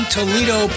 Toledo